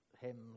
hymns